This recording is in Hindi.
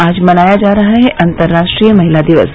आज मनाया जा रहा है अंतर्राष्ट्रीय महिला दिवस